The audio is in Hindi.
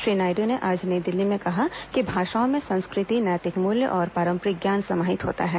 श्री नायडू ने आज नई दिल्ली में कहा कि भाषाओं में संस्कृति नैतिक मूल्य और पारंपरिक ज्ञान समाहित होता है